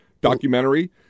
documentary